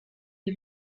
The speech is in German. die